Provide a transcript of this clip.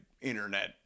internet